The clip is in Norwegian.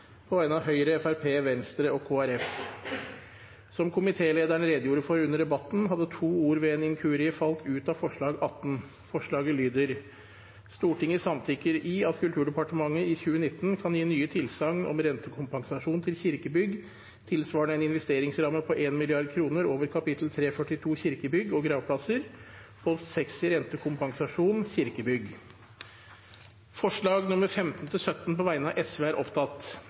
på vegne av Høyre, Fremskrittspartiet, Venstre og Kristelig Folkeparti Som komitélederen redegjorde for under debatten, hadde to ord – «til kirkebygg» – ved en inkurie falt ut av forslag nr. 18. Forslaget lyder dermed: «Stortinget samtykker i at Kulturdepartementet i 2019 kan gi nye tilsagn om rentekompensasjon til kirkebygg tilsvarende en investeringsramme på 1 mrd. kroner over kap. 342 Kirkebygg og gravplasser, post 60 Rentekompensasjon – kirkebygg.» Det voteres over forslagene 15–17, fra Sosialistisk Venstreparti. Forslag nr. 15